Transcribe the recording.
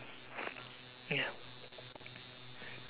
ya